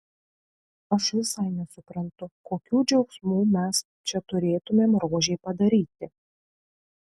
aš visai nesuprantu kokių džiaugsmų mes čia turėtumėm rožei padaryti